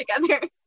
together